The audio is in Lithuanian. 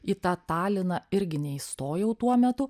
į tą taliną irgi neįstojau tuo metu